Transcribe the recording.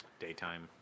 Daytime